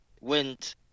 went